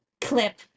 clip